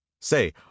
say